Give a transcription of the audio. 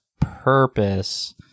purpose